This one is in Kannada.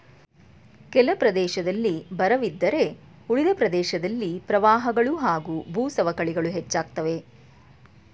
ಕೆಲ ಪ್ರದೇಶದಲ್ಲಿ ಬರವಿದ್ದರೆ ಉಳಿದ ಪ್ರದೇಶದಲ್ಲಿ ಪ್ರವಾಹಗಳು ಹಾಗೂ ಭೂಸವಕಳಿಗಳು ಹೆಚ್ಚಾಗ್ತವೆ